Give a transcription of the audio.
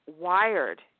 wired